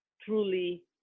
truly